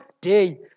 day